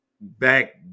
back